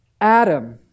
Adam